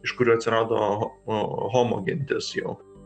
iš kurių atsirado homo gentis jau